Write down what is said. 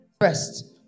First